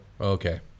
Okay